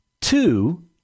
two